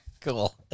Cool